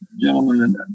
gentlemen